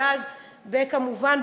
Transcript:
וכמובן,